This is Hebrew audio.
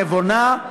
נבונה,